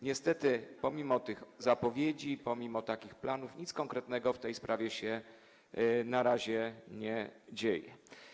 Niestety pomimo tych zapowiedzi, pomimo takich planów nic konkretnego w tej sprawie się na razie nie dzieje.